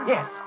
Yes